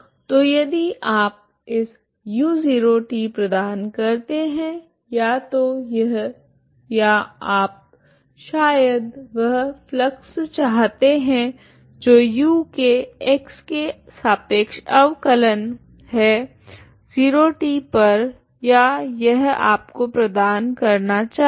तो यदि आप इस u0t प्रदान करते हैं या तो यह या आप शायद वह फ्लक्स चाहते हैं जो u के x के सापेक्ष अवकलन है 0t पर या यह आपको प्रदान करना चाहिए